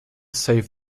safe